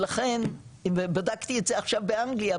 ולכן בדקתי את זה עכשיו באנגליה,